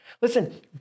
Listen